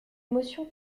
émotion